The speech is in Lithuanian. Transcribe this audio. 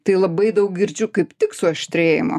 tai labai daug girdžiu kaip tik suaštrėjimo